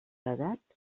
edat